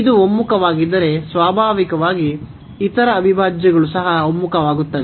ಇದು ಒಮ್ಮುಖವಾಗಿದ್ದರೆ ಸ್ವಾಭಾವಿಕವಾಗಿ ಇತರ ಅವಿಭಾಜ್ಯಗಳು ಸಹ ಒಮ್ಮುಖವಾಗುತ್ತವೆ